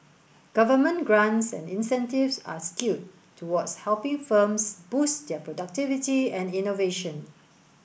government grants and incentives are skewed towards helping firms boost their productivity and innovation